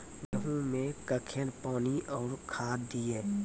गेहूँ मे कखेन पानी आरु खाद दिये?